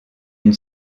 une